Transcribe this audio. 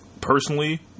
Personally